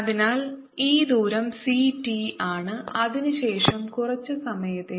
അതിനാൽ ഈ ദൂരം c t ആണ് അതിനുശേഷം കുറച്ച് സമയത്തേക്ക്